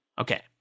Okay